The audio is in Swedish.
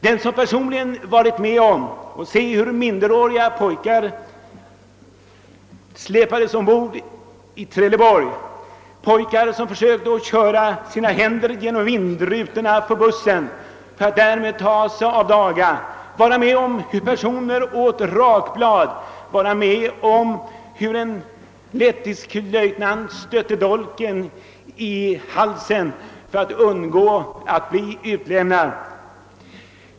Den som personligen sett hur unga pojkar med våld släpades ombord på ett fartyg i Trelleborgs hamn — en pojke som försökte köra sina händer genom vindrutorna på den buss i vilken han fraktades till fartyget för att därmed ta sig av daga, den som sett hur personer åt rakblad, den som upplevt hur en baltflykting stötte dolken i halsen för att undgå att bli utlämnad — den kan inte glömma dessa händelser.